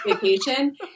vacation